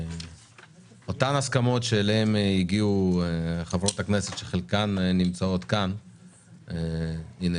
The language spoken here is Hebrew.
אותן הסכמות אליהן הגיעו חברות הכנסת שחלקן נמצאות כאן - הנה,